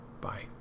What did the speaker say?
Bye